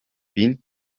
bin